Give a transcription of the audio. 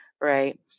right